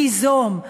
תיזום.